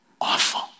awful